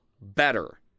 better